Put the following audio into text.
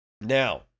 Now